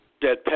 dead